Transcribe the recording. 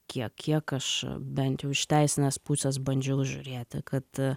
kiek kiek aš bent jau iš teisinės pusės bandžiau žiūrėti kad